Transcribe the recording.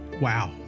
wow